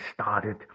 started